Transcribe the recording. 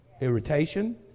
irritation